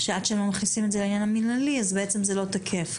שעד שלא מכניסים את זה לעניין המינהלי אז זה לא תקף.